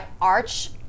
arch